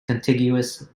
contiguous